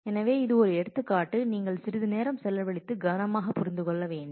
எனவே இது ஒரு எடுத்துக்காட்டு நீங்கள் சிறிது நேரம் செலவழித்து கவனமாக புரிந்து கொள்ள வேண்டும்